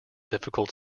difficult